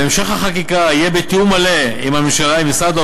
והמשך החקיקה יהיה בתיאום מלא עם הממשלה,